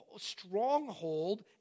stronghold